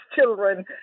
children